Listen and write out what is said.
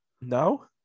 No